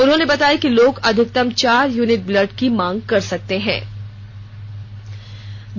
उन्होंने बताया कि लोग अधिकतम चार यूनिट ब्लड की मांग कर सकते हें